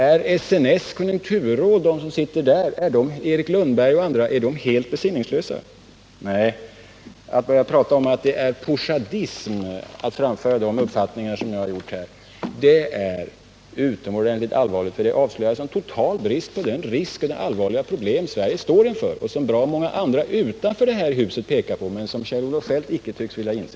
Är de som sitter i SNS konjunkturråd, Erik Lundberg och andra, helt besinningslösa? Nej, att börja tala om att det är poujadism att framföra de uppfattningar som jag anfört här är utomordentligt allvarligt, för det avslöjar en sådan total brist på insikt om de risker och de allvarliga problem som Sverige står inför och som bra många utanför det här huset pekar på men som Kjell-Olof Feldt inte tycks vilja inse.